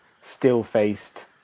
still-faced